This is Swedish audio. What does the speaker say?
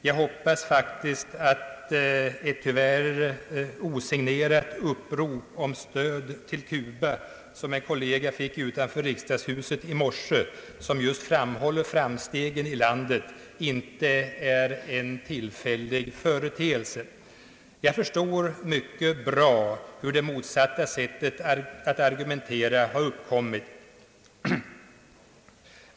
Jag hoppas faktiskt att ett tyvärr osignerat upprop om stöd till Kuba, som en kollega fick utanför riksdagshuset i morse och som just framhåller framstegen i landet, inte är en tillfällig företeelse. Jag förstår mycket bra hur det motsatta sättet att argumentera har uppkommit.